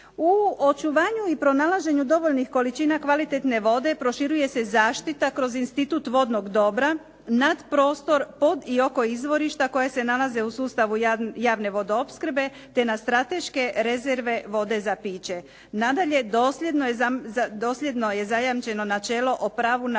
U očuvanju i pronalaženju dovoljnih količina kvalitetne vode proširuje se zaštita kroz institut vodnog dobra nad prostor, pod i oko izvorišta koja se nalaze u sustavu javne vodoopskrbe te na strateške rezerve vode za piće. Nadalje, dosljedno je zajamčeno načelo o pravu na